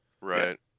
Right